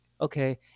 okay